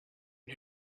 who